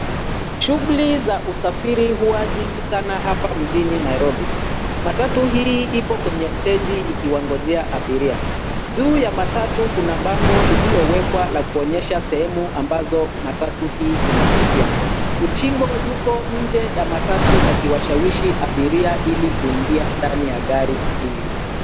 Shughuli za usafiri huwa nyingi hapa jijini Nairobi, matatu hii ipo kwenye steji ikiwangojea, abiria. Juu ya matatu kuna bango liliowekwa la kuonyesha sehemu ambazo matatu hii inapitia. Utingo yupo nje ya matatu akiwashawishi abiria ili kuingia ndani ya gari hili.